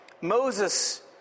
Moses